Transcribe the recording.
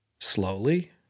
slowly